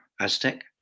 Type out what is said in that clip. Aztec